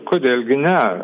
kodėl gi ne